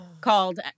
called